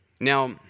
Now